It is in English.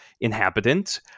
inhabitant